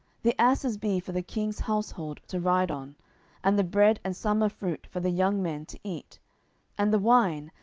the asses be for the king's household to ride on and the bread and summer fruit for the young men to eat and the wine,